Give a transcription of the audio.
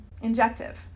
injective